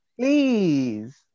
please